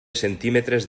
centímetres